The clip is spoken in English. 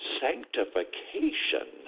sanctification